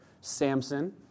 Samson